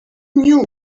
knew